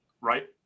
right